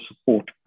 support